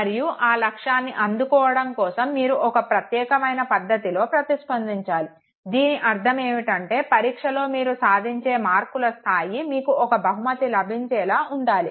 మరియు ఆ లక్ష్యాన్ని అందుకోవడం కోసం మీరు ఒక ప్రత్యేకమైన పద్ధతిలో ప్రతిస్పందించాలి దీని అర్ధం ఏమిటంటే పరీక్షలో మీరు సాధించే మార్కుల స్థాయి మీకు ఒక బహుమతి లభించేలా ఉండాలి